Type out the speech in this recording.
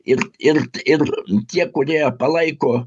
ir ir ir tie kurie palaiko